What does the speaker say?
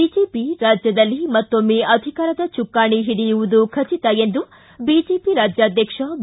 BJP ರಾಜ್ಯದಲ್ಲಿ ಮತ್ತೊಮ್ನೆ ಅಧಿಕಾರದ ಚುಕ್ಷಾಣಿ ಹಿಡಿಯುವುದು ಖಟಿತ ಎಂದು ಬಿಜೆಪಿ ರಾಜ್ಯಾಧ್ಯಕ್ಷ ಬಿ